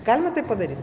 galima taip padaryt